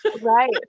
right